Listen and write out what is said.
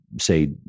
say